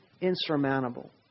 insurmountable